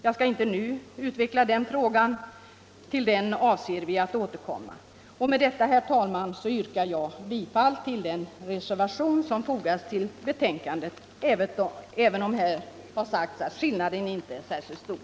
Jag skall inte utveckla den frågan nu, utan vi avser att återkomma till den. Med detta, herr talman, yrkar jag bifall till den reservation som fogats till betänkandet — även om det här har sagts att skillnaden inte är särskilt stor.